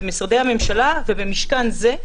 במשרדי הממשלה ובמשכן זה,